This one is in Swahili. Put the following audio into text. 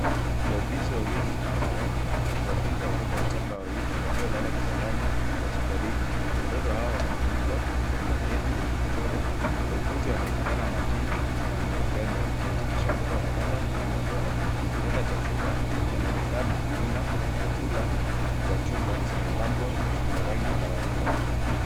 Wauguzi wawili wanawake wakiwatunza watoto wachanga wawili waliolala kitandani hospitalini. Watoto hao wamefunikwa kwa blanketi zenye michoro. Wauguzi wanaonekana makini na wenye upendo wakihakikisha watoto wanapata huduma bora. Kitanda cha chuma kinaonekana nyuma na ukuta za chumba zimepambwa kwa rangi la waridi.